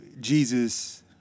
Jesus